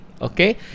okay